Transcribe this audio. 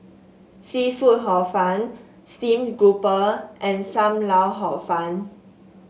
seafood Hor Fun Steamed Grouper and Sam Lau Hor Fun